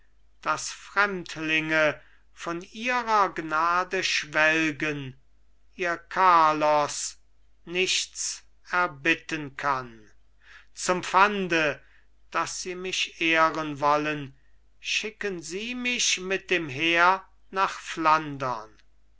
daß fremdlinge von ihrer gnade schwelgen ihr carlos nichts erbitten kann zum pfande daß sie mich ehren wollen schicken sie mich mit dem heer nach flandern